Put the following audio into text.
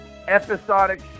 Episodic